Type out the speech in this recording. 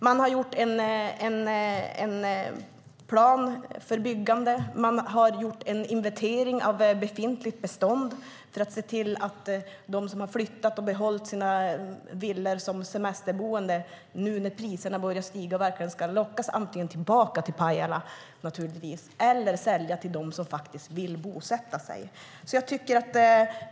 Man har gjort en plan för byggandet och en inventering av befintligt bestånd för att se till att de som har flyttat och behållit sina villor som semesterboende ska lockas tillbaka till Pajala eller sälja till dem som vill bosätta sig i kommunen.